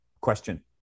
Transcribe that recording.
question